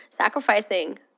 sacrificing